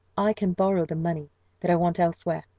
i can borrow the money that i want elsewhere.